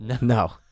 No